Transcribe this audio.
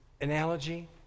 analogy